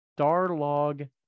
Starlog